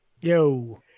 Yo